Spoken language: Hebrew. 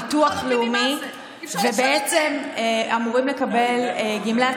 ביטוח לאומי ובעצם אמורים לקבל גמלת